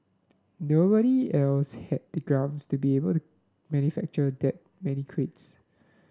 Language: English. nobody else had the grounds to be able to manufacture that many crates